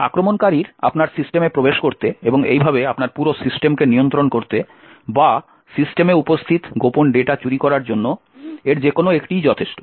আক্রমণকারীর আপনার সিস্টেমে প্রবেশ করতে এবং এইভাবে আপনার পুরো সিস্টেমকে নিয়ন্ত্রণ করতে বা সিস্টেমে উপস্থিত গোপন ডেটা চুরি করার জন্য এর যে কোনও একটিই যথেষ্ট